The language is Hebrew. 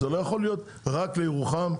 לא יכול להיות רק לירוחם.